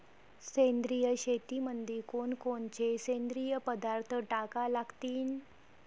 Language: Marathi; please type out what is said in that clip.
सेंद्रिय शेतीमंदी कोनकोनचे सेंद्रिय पदार्थ टाका लागतीन?